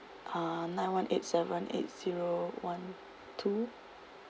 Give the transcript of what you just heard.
uh nine one eight seven eight zero one two